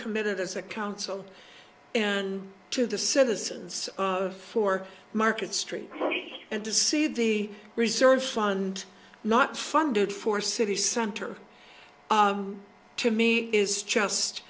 committed as a council and to the citizens of four market street and to see the reserve fund not funded for city center to me is just